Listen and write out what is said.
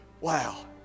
Wow